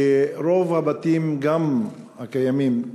וברוב הבתים, גם הקיימים,